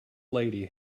lady